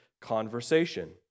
conversation